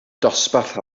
dosbarth